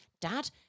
Dad